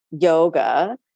yoga